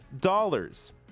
dollars